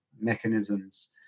mechanisms